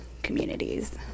communities